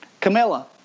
Camilla